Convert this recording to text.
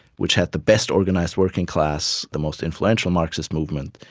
which had the best organised working class, the most influential marxist movement,